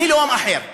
אני לאום אחר.